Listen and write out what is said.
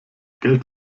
geld